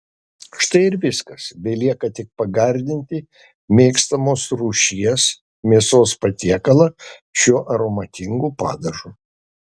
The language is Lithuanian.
štai ir viskas belieka tik pagardinti mėgstamos rūšies mėsos patiekalą šiuo aromatingu padažu